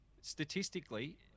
Statistically